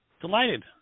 Delighted